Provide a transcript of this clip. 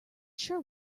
sure